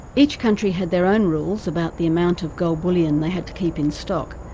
each country had their own rules about the amount of gold bullion they had to keep in stock,